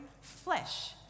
flesh